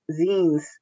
zines